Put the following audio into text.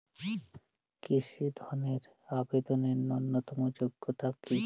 কৃষি ধনের আবেদনের ন্যূনতম যোগ্যতা কী?